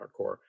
hardcore